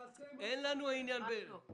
זה מה